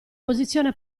posizione